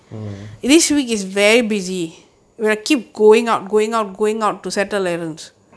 mm